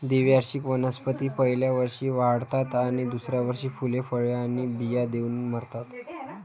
द्विवार्षिक वनस्पती पहिल्या वर्षी वाढतात आणि दुसऱ्या वर्षी फुले, फळे आणि बिया देऊन मरतात